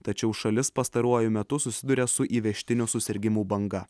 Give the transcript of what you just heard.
tačiau šalis pastaruoju metu susiduria su įvežtinių susirgimų banga